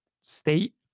state